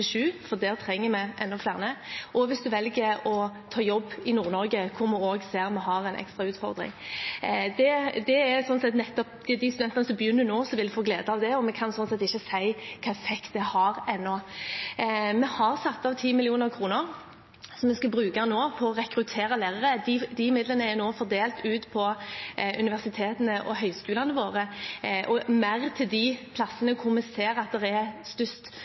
trenger vi enda flere, og hvis man velger å ta jobb i Nord-Norge, hvor vi også ser at vi har en ekstra utfordring. Det er de studentene som begynner nå, som vil få glede av det, og vi kan slik sett ikke si hvilken effekt det vil ha, ennå. Vi har satt av 10 mill. kr som vi skal bruke til å rekruttere lærere. De midlene er fordelt på universitetene og høgskolene våre – med mer til de plassene hvor vi ser det er størst